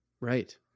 Right